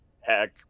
Heck